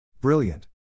Brilliant